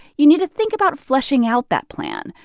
you need to think about fleshing out that plan,